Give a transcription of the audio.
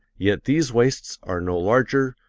yet these wastes are no larger,